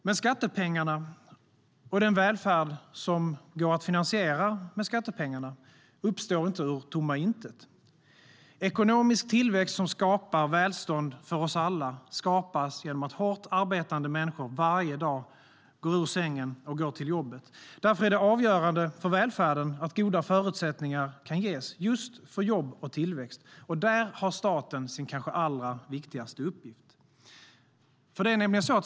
Men skattepengarna, och den välfärd som kan finansieras med skattepengarna, uppstår inte ur tomma intet. Ekonomisk tillväxt som skapar välstånd för oss alla skapas genom att hårt arbetande människor varje dag går ur sängen och går till jobbet. Därför är det avgörande för välfärden att goda förutsättningar kan ges för just jobb och tillväxt, och där har staten sin kanske allra viktigaste uppgift.